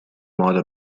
modo